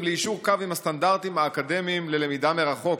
ליישור קו עם הסטנדרטים האקדמיים ללמידה מרחוק.